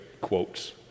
quotes